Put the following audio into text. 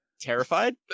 terrified